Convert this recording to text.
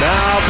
Now